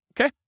Okay